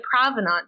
provenance